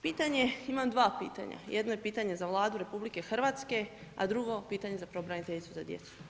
Pitanje, imam dva pitanja, jedno je pitanje za Vladu RH, a drugo pitanje za Pravobraniteljicu za djecu.